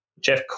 Jeff